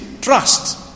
trust